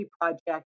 Project